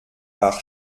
par